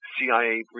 CIA